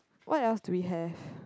what else do we have